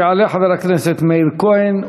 יעלה חבר הכנסת מאיר כהן,